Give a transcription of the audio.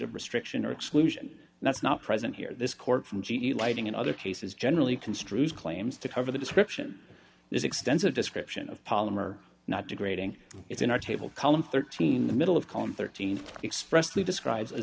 of restriction or exclusion that's not present here this court from g e lighting and other cases generally construes claims to cover the description there's extensive description of polymer not degrading it's in our table column thirteen the middle of column thirteen expressly describes a